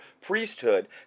priesthood